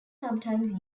sometimes